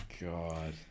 God